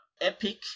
Epic